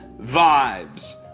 vibes